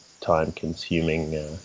time-consuming